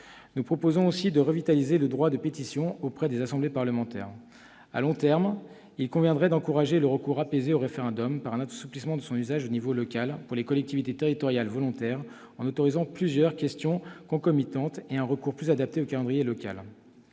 Nous proposons aussi de revitaliser le droit de pétition auprès des assemblées parlementaires. À long terme, il conviendrait d'encourager le recours apaisé au référendum, par un assouplissement de son usage au niveau local, pour les collectivités territoriales volontaires, en autorisant plusieurs questions concomitantes et un recours plus adapté au calendrier local.